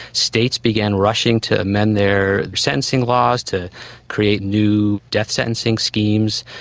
states began rushing to amend their sentencing laws, to create new death sentencing schemes.